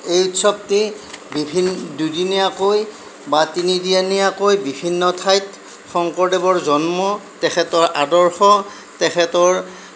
এই উৎসৱটি দুদিনীয়াকৈ বা তিনিদিনীয়াকৈ বিভিন্ন ঠাইত শংকৰদেৱৰ জন্ম তেখেতৰ আদৰ্শ তেখেতৰ